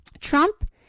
Trump